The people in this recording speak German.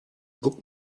guck